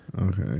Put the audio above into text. Okay